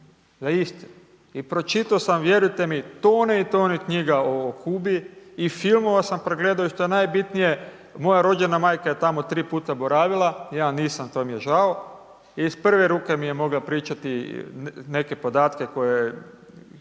i pročitao sam, vjerujte mi, tone i tone knjiga o Kubi i filmova sam pregledao i što je najbitnije, moja rođena majka je tamo tri puta boravila, ja nisam, to mi je žao. Iz prve ruke mi je mogla pričati neke podatke koje